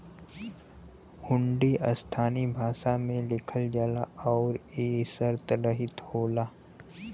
हुंडी स्थानीय भाषा में लिखल जाला आउर इ शर्तरहित होला